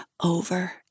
over